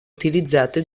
utilizzate